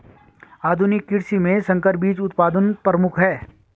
आधुनिक कृषि में संकर बीज उत्पादन प्रमुख है